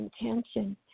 intention